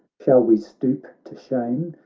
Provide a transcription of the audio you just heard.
shall we stoop to shame?